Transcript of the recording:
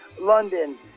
London